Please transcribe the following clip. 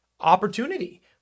opportunity